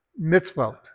mitzvot